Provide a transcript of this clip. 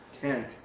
tent